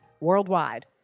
worldwide